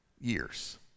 years